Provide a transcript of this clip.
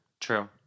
True